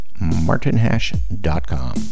martinhash.com